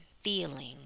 feeling